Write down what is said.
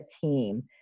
team